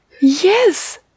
Yes